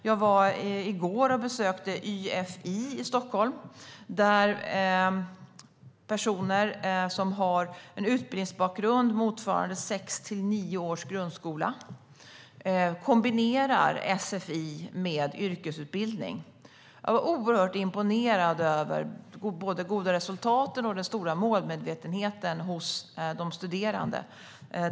Jag besökte i går IFI i Stockholm, där personer som har en utbildningsbakgrund motsvarande sex till nio års grundskola kombinerar sfi med yrkesutbildning. Jag var oerhört imponerad över både de goda resultaten och den stora målmedvetenheten hos de studerande.